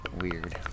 weird